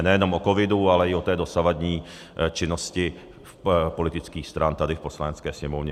Nejenom o covidu, ale i o té dosavadní činnosti politických stran tady v Poslanecké sněmovně.